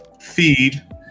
feed